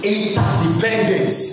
Interdependence